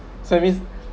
so it's mean